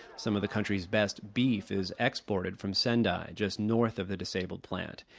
some of the country's best beef is exported from sendai, just north of the disabled plant.